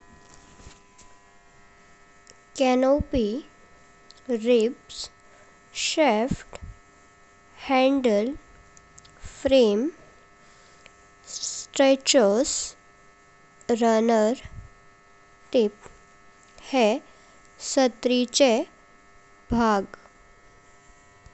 Canopy, ribs, shaft, handle, frame, stretchers, runner, tip हे सात्रिचे भाग।